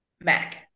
Mac